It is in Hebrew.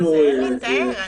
אין לתאר.